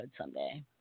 someday